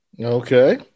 Okay